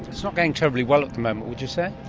so going terribly well at the moment, would you say?